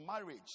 marriage